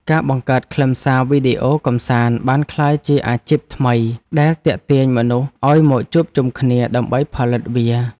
ការបង្កើតខ្លឹមសារវីដេអូកម្សាន្តបានក្លាយជាអាជីពថ្មីដែលទាក់ទាញមនុស្សឱ្យមកជួបជុំគ្នាដើម្បីផលិតវា។